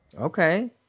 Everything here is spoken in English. Okay